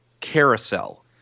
Carousel